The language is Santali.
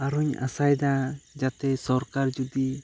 ᱟᱨᱦᱚᱧ ᱟᱥᱟᱭᱫᱟ ᱡᱟᱛᱮ ᱥᱚᱨᱠᱟᱨ ᱡᱩᱫᱤ